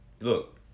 look